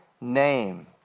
name